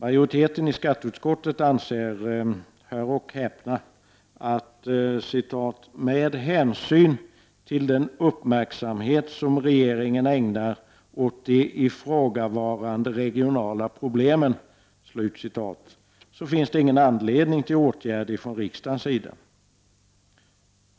Majoriteten i skatteutskottet anser — hör och häpna — att det ”med = 13 juni 1990 hänsyn till den uppmärksamhet som regeringen ägnar åt de ifrågavarande regionala problemen” inte finns någon anledning till åtgärd från riksdagens sida.